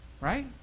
Right